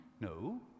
no